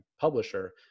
publisher